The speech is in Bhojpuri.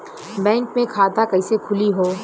बैक मे खाता कईसे खुली हो?